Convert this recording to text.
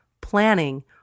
planning